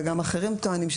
וגם אחרים טוענים,